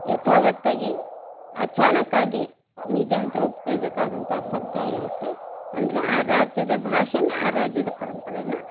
ಯಥಾವತ್ತಾಗಿ ಅಚಾನಕ್ಕಾಗಿ ನಿಜ ಅಂತ ಒಪ್ಪಿಕೊಳ್ಬೇಕಾದಂಥ ಸತ್ಯಾಗಿರುತ್ತೆ ಅಂದರೆ ಆ ರಾಜ್ಯದ ಭಾಷೆನೇ ಆ ರಾಜ್ಯದ ಪರಂಪರೇನ